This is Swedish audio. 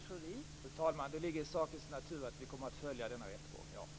Fru talman! Det ligger i sakens natur att vi kommer att följa denna rättegång - ja.